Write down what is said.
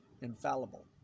infallible